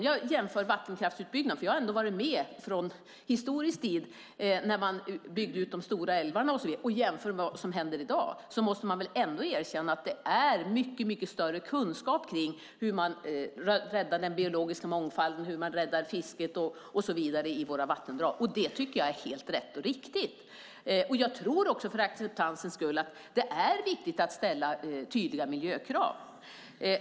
Jag har ändå varit med från historisk tid när man byggde ut de stora älvarna och kan jämföra med vad som händer i dag. Man måste väl ändå erkänna att det är mycket större kunskap nu om hur man räddar den biologiska mångfalden, fisket och så vidare i våra vattendrag, och det tycker jag är helt rätt och riktigt. Jag tror att det för acceptansens skull är viktigt att ställa tydliga miljökrav.